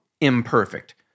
imperfect